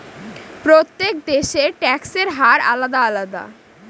প্রত্যেক দেশের ট্যাক্সের হার আলাদা আলাদা